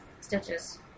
stitches